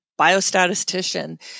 biostatistician